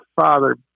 father